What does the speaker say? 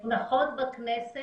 הן מונחות בכנסת,